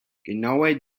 genaue